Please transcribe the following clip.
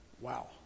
Wow